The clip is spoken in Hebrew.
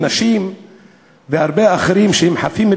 נשים והרבה אחרים שהם חפים מפשע,